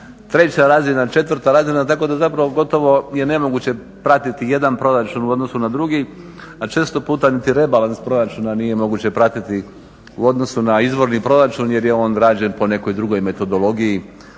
treća razina, četvrta razina tako da zapravo gotovo je nemoguće pratiti jedan proračun u odnosu na drugi, a često puta niti rebalans proračuna nije moguće pratiti u odnosu na izvorni proračun jer je on rađen po nekoj drugoj metodologiji,